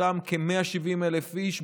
אותם כ-170,000 איש,